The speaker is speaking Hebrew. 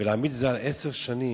ולהעמיד את זה על עשר שנים,